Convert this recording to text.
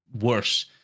worse